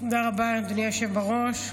תודה רבה, אדוני היושב בראש.